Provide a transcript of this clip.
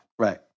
Right